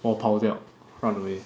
我跑掉 run away